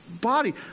body